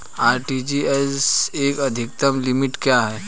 RTGS की अधिकतम limit क्या है?